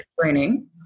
training